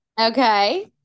Okay